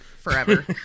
forever